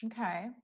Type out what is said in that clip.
Okay